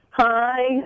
hi